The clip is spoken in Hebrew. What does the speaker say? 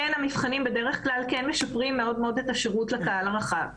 בדרך כלל המבחנים כן משפרים מאוד את השירות לקהל הרחב.